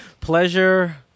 Pleasure